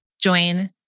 join